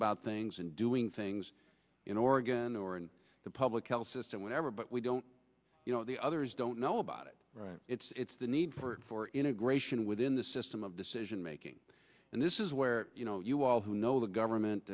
about things and doing things in oregon or in the public health system whatever but we don't you know the others don't know about it it's the need for for integration within the system of decision making and this is where you know you all who know the government